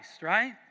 right